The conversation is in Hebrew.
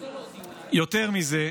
יותר מזה,